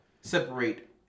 separate